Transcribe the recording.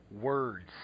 words